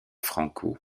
franco